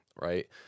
right